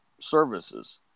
services